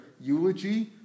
eulogy